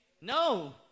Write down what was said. no